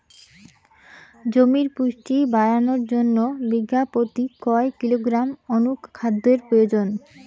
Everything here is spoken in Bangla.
জমির পুষ্টি বাড়ানোর জন্য বিঘা প্রতি কয় কিলোগ্রাম অণু খাদ্যের প্রয়োজন?